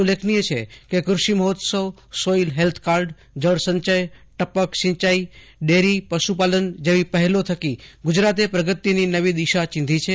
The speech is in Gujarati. ઉલ્લેખનીય છે કેકૃષિ મહોત્સવસોઇલ હેલ્થ કાર્ડ જળસંચયટપક સિંચાઇડેરી પશુપાલન જેવી પહેલો થકી ગુજરાતે પ્રગતિની નવી દિશા ચિંધી છે